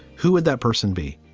who would that person be?